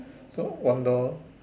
the one door